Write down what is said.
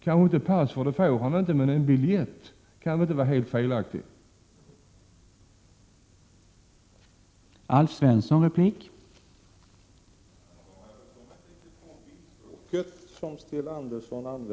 Pass kanske han inte får något, men en biljett kan det väl inte vara helt felaktigt att han får visa?